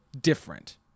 different